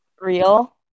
real